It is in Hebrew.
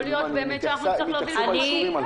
יכול להיות באמת שנצטרך להוביל חקיקה.